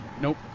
Nope